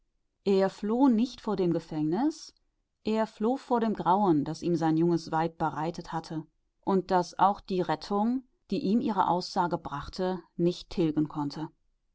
er floh nicht vor dem gefängnis er floh vor dem grauen das ihm sein junges weib bereitet hatte und das auch die rettung die ihm ihre aussage brachte nicht tilgen konnte